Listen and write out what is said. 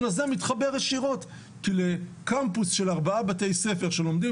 הזה מתחבר ישירות לקמפוס של ארבעה בתי-ספר שלומדים